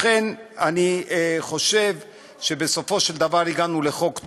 לכן אני חושב שבסופו של דבר הגענו לחוק טוב,